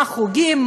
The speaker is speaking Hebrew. מה החוגים,